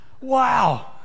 Wow